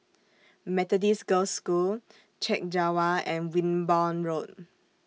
Methodist Girls' School Chek Jawa and Wimborne Road